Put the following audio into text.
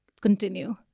continue